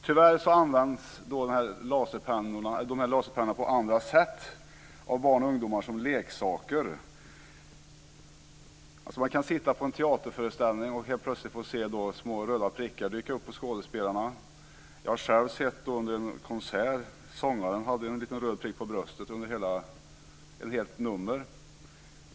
Tyvärr används de här laserpennorna på andra sätt av barn och ungdomar - som leksaker. Man kan sitta på en teaterföreställning och helt plötsligt få se små röda prickar dyka upp på skådespelarna. Jag har själv sett det här under en konsert. Sångaren hade en liten röd prick på bröstet under ett helt nummer.